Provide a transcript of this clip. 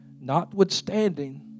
Notwithstanding